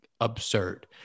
absurd